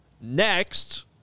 Next